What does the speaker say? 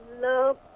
love